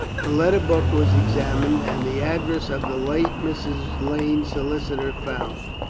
the letter-book was examined, and the address of the late mrs. lane's solicitor found.